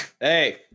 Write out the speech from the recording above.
Hey